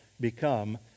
become